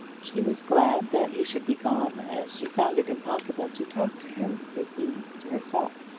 she was glad that he should be gone, as she found it impossible to talk to him with ease to herself.